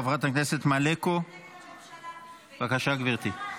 חברת הכנסת מלקו, בבקשה, גברתי.